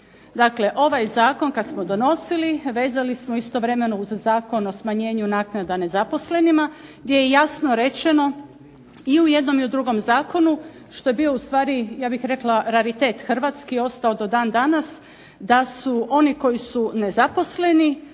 Dakle ovaj zakon kad smo donosili vezali smo istovremeno uz Zakon o smanjenju naknada nezaposlenima, gdje je jasno rečeno i u jednom i u drugom zakonu što je bio ustvari ja bih rekla raritet hrvatski, ostao do dan danas da su oni koji su nezaposleni